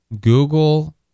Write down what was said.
Google